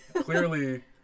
clearly